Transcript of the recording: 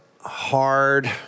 hard